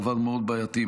דבר מאוד בעייתי,